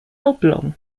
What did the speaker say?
oblong